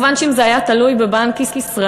מובן שאם זה היה תלוי בבנק ישראל,